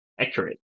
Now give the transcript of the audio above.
Accurate